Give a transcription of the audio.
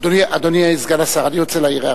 אדוני סגן השר, אני רוצה להעיר הערה.